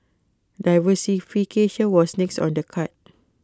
diversification was next on the card